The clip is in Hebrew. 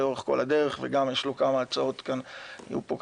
לכל אורך הדרך ויש לו כמה הצעות להמשך.